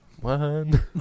one